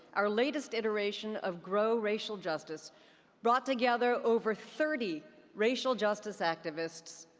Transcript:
our latest iteration of grow racial justice brought together over thirty racial justice activists,